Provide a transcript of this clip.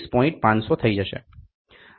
500 થઈ જશે